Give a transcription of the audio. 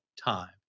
time